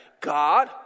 God